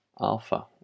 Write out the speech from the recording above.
Alpha